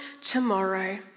tomorrow